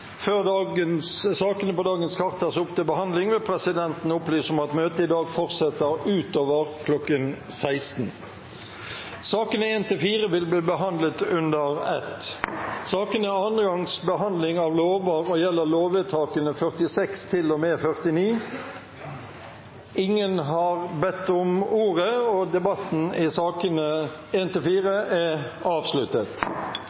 Før sakene på dagens kart tas opp til behandling, vil presidenten opplyse om at møtet i dag fortsetter utover kl. 16. Sakene nr. 1–4 vil bli behandlet under ett. Sakene er andre gangs behandling av lover og gjelder lovvedtakene 46 til og med 49. Ingen har bedt om ordet. Etter ønske fra arbeids- og sosialkomiteen vil presidenten ordne debatten slik: 5 minutter til